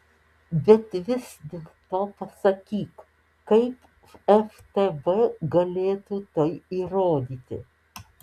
bet vis dėlto pasakyk kaip ftb galėtų tai įrodyti